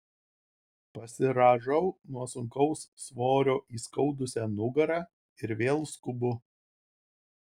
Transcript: pasirąžau nuo sunkaus svorio įskaudusią nugarą ir vėl skubu